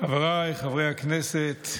חבריי חברי הכנסת,